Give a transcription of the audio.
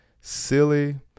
silly